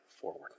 forward